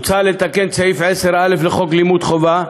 מוצע לתקן את סעיף 10א לחוק לימוד חובה,